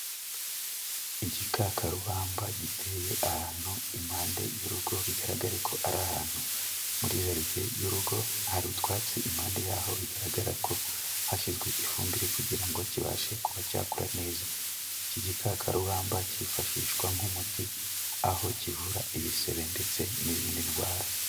Igikakarubamba giteye ahantu impande y'urugo, bigaragara ko ari ahantu muri jaride y'urugo, hari utwatsi impande yaho, bigaragara ko hashyizwe ifumbire, kugira ngo kibashe kuba cyakura neza. Iki gikakarubamba cyifashishwa nk'umuti, aho kivura ibisebe, ndetse n'izindi ndwara.